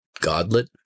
godlet